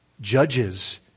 Judges